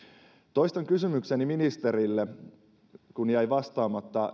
toistan kysymykseni ministerille niistä kauppasopimuksista kun jäi vastaamatta